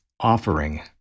offering